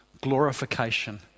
glorification